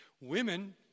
Women